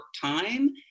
time